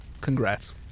congrats